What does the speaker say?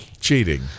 cheating